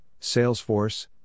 Salesforce